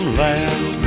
land